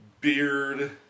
beard